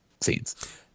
scenes